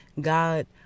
God